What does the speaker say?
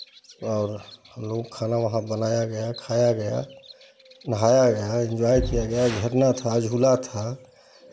और हमलोग खाना वहाँ बनाया गया खाया गया नहाया गया इंजॉय किया गया झरना था झूला था